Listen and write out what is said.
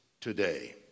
today